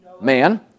Man